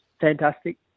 fantastic